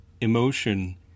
emotion